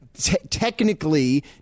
Technically